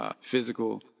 physical